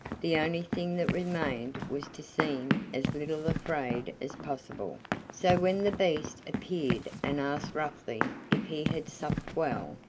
the only thing that remained was to seem as little afraid as possible so when the beast appeared and asked roughly if he had supped well,